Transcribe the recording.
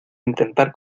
intentar